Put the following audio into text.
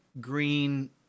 green